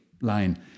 line